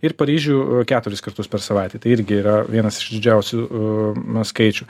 ir paryžių keturis kartus per savaitę tai irgi yra vienas iš didžiausių skaičių